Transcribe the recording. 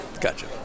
Gotcha